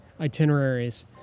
itineraries